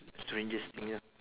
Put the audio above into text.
strangest thing ya